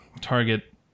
target